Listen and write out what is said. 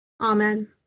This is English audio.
amen